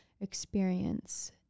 experience